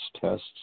tests